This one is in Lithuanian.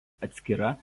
atskira